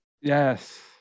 Yes